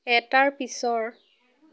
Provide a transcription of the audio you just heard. এটাৰ পিছৰ